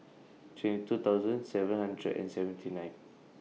twenty two thousand seven hundred and seventy nine